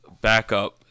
backup